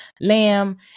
lamb